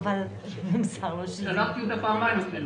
אפילו שלחתי פעמיים.